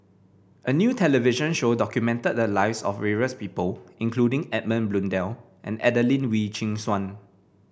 a new television show documented the lives of various people including Edmund Blundell and Adelene Wee Chin Suan